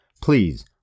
Please